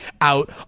out